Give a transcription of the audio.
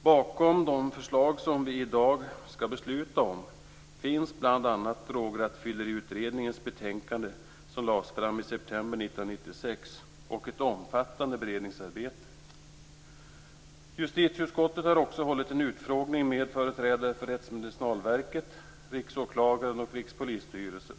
Bakom de förslag som vi i dag skall besluta om finns bl.a. Drograttfylleriutredningens betänkande, som lades fram i september 1996, och ett omfattande beredningsarbete. Justitieutskottet har också hållit en utfrågning med företrädare för Rättsmedicinalverket, Riksåklagaren och Rikspolisstyrelsen.